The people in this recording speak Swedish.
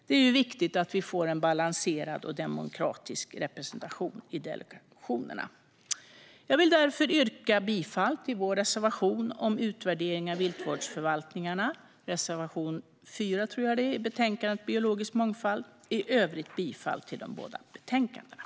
Det är ju viktigt att vi får en balanserad och demokratisk representation i delegationerna. Jag vill därför yrka bifall vår reservation om utvärdering av viltvårdsförvaltningarna, reservation 4. I övrigt yrkar jag bifall till utskottets förslag.